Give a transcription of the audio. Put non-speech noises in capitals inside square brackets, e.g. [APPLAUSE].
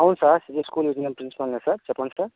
అవును sir city school [UNINTELLIGIBLE] ప్రిన్సిపల్నే sir చెప్పండి sir